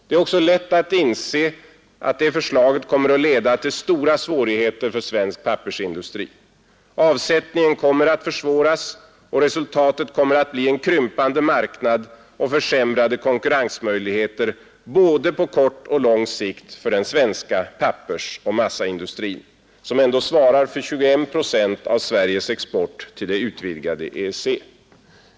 Det är också lätt att inse att det förslaget kommer att leda till stora svårigheter för svensk pappersindustri. Avsättningen kommer att försvåras, och resultatet kommer att bli en krympande marknad och försämrade konkurrensmöjligheter på både kort och lång sikt för den svenska pappersoch massaindustrin, som ändå svarar för 21 procent av Sveriges export till det utvidgade EEC.